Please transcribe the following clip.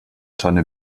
tonne